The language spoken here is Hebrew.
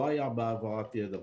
לא היה בהעברת ידע.